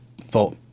thought